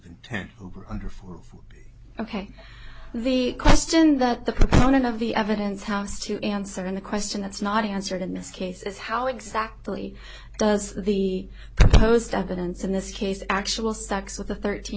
locations ten were under four ok the question that the proponent of the evidence house to answer the question that's not answered in this case is how exactly does the proposed evidence in this case actual sex of the thirteen